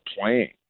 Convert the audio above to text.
playing